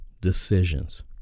decisions